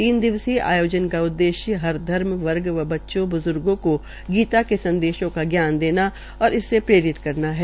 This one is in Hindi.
तीन दिवसीय आयोजन का उद्देश्य हर धर्म वर्ग व बच्चों बुज्गो को गीता के संदेशो का ज्ञान देना और इससे प्रेरित करना है